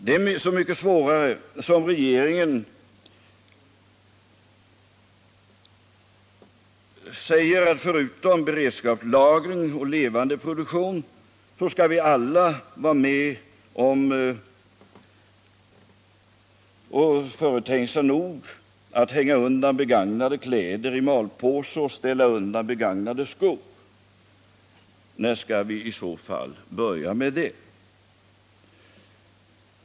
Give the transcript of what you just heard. Det är så mycket svårare som regeringen uttalar att vi alla förutom beredskapslagring och levande produktion skall hänga undan begagnade kläder i malpåse och ställa undan begagnade skor. När skall vi i så fall börja med det?